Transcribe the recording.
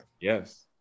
Yes